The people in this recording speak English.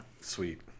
sweet